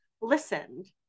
listened